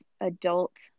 adult